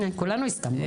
כולנו הסכמנו.